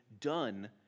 done